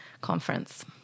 conference